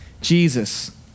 Jesus